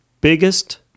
biggest